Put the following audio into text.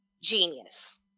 genius